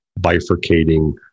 bifurcating